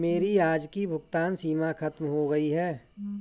मेरी आज की भुगतान सीमा खत्म हो गई है